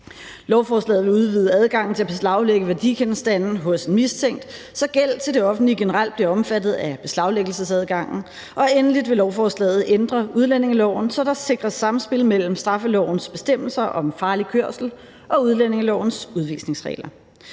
Lovforslaget vil udvide adgangen til at beslaglægge værdigenstande hos mistænkte, så gæld til det offentlige generelt bliver omfattet af beslaglæggelsesadgangen. Og endelig vil lovforslaget ændre udlændingeloven, så der sikres samspil mellem straffelovens bestemmelser om farlig kørsel og udlændingelovens udvisningsregler.